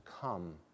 come